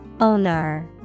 Owner